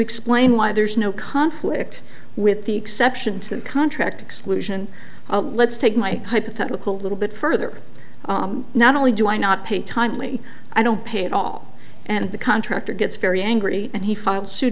explain why there's no conflict with the exception to the contract exclusion let's take my hypothetical a little bit further not only do i not pay timely i don't pay at all and the country actor gets very angry and he filed suit